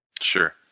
Sure